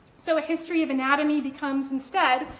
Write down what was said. so a history of anatomy becomes, instead,